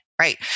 Right